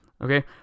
okay